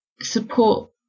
support